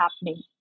happening